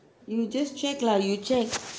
you just check lah you check